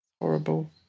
Horrible